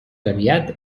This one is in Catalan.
aviat